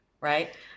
right